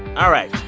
all right